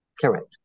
Correct